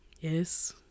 Yes